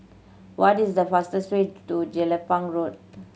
what is the fastest way to Jelapang Road